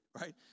right